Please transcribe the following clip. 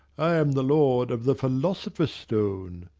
i am the lord of the philosopher's stone,